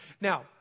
Now